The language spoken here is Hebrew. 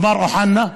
מר אוחנה,